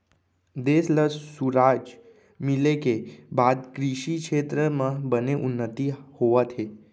देस ल सुराज मिले के बाद कृसि छेत्र म बने उन्नति होवत हे